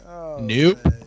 Nope